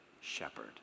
shepherd